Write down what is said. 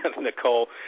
nicole